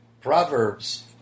Proverbs